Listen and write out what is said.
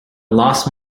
loss